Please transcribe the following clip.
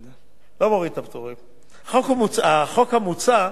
החוק המוצע מאפשר לקבל את הפטור על